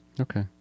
Okay